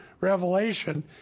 Revelation